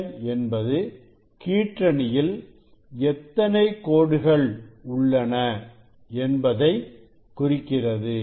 N என்பது கீற்றணியில் எத்தனை கோடுகள் உள்ளன என்பதை குறிக்கிறது